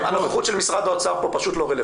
הנוכחות של משרד האוצר פה פשוט לא רלבנטית.